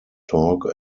talk